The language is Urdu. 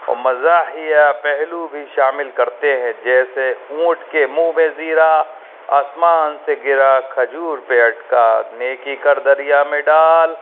اور مزاحیہ پہلو بھی شامل کرتے ہیں جیسے اونٹ کے منہ میں زیرا آسمان سے گرا کھجور پہ اٹکا نیکی کر دریا میں ڈال